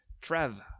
Trev